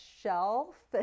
shelf